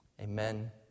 Amen